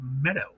Meadow